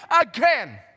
again